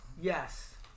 Yes